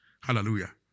Hallelujah